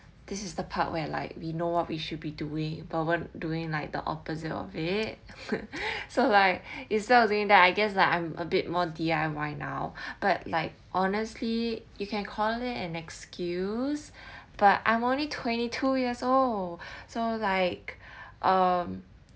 this is the part where like we know what we should be doing about what doing like the opposite of it so like instead of saying that I guess like I'm a bit more D_I_Y now but like honestly you can call it an excuse but I'm only twenty two years old so like um